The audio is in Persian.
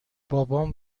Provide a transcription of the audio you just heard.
بابام